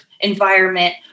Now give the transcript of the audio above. environment